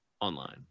online